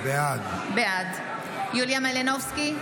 בעד יוליה מלינובסקי,